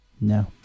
No